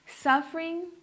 suffering